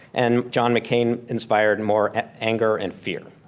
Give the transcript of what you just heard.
and john mccain inspired more anger and fear.